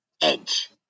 Edge